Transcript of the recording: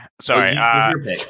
Sorry